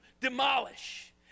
demolish